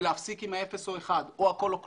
ולהפסיק עם ה-0 או 1. או הכל או כלום.